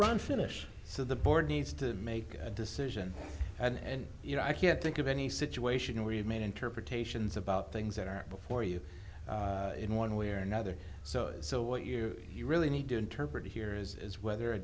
run finish so the board needs to make a decision and you know i can't think of any situation where you've made interpretations about things that are before you in one way or another so so what you really need to interpret here is whether a